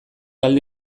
alde